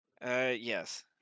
yes